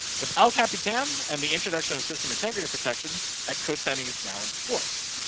without capitan and the introduction of system integrity protection that code signing is now enforced.